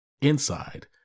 inside